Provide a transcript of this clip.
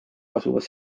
asuvas